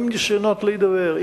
עם ניסיונות להידבר,